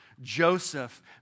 Joseph